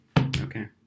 Okay